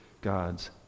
God's